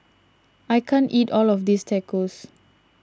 I can't eat all of this Tacos